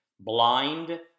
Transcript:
blind